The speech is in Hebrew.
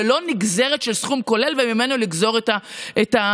ולא נגזרת של סכום כולל וממנו לגזור את הסכומים.